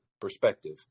perspective